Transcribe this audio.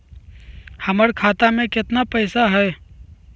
हमर खाता मे केतना पैसा हई?